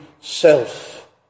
self